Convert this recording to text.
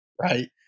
right